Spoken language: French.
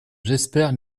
j’espère